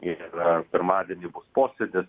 ir pirmadienį bus posėdis